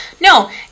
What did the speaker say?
no